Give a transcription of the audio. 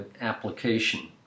application